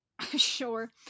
Sure